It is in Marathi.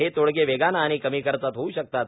हे तोडगे वेगाने आणि कमी खर्चात होऊ शकतात